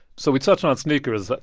so we touched on sneakers.